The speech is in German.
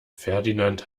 ferdinand